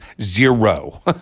zero